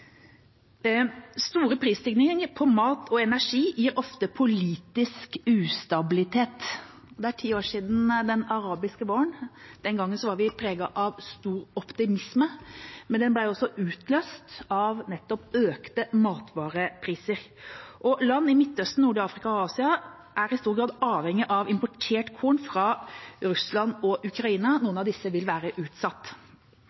Store prisstigninger på mat og energi gir ofte politisk ustabilitet. Det er ti år siden den arabiske våren. Den gangen var vi preget av stor optimisme, men den ble altså utløst av nettopp økte matvarepriser. Land i Midtøsten, nordlige Afrika og Asia er i stor grad avhengige av importert korn fra Russland og Ukraina;